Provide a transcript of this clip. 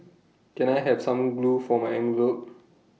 can I have some glue for my envelopes